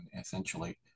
essentially